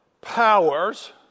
powers